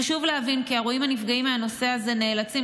חשוב להבין כי הרועים הנפגעים מהנושא הזה נאלצים